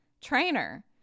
trainer